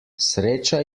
sreča